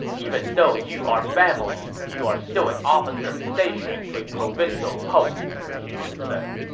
even though you are family, you are still an officer stationed to a provincial post, xu chu said.